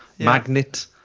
Magnet